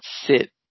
sit